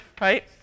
right